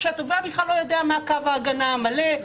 כשהתובע בכלל לא יודע מה קו ההגנה המלא,